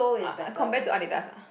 uh compared to Adidas ah